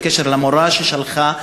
בקשר למורה ששלחה,